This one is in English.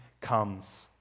comes